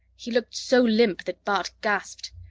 he looked so limp that bart gasped.